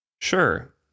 Sure